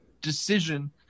decision